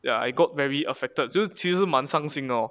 ya I got very affected 就其实蛮伤心的 lor